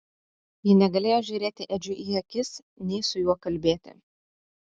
ji negalėjo žiūrėti edžiui į akis nei su juo kalbėti